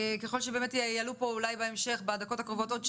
ככל שבאמת יעלו פה אולי בהמשך בדקות הקרובות עוד שאלות,